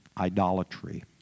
idolatry